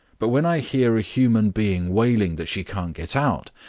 but when i hear a human being wailing that she can't get out,